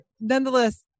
nonetheless